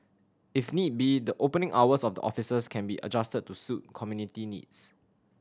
if need be the opening hours of the offices can be adjusted to suit community needs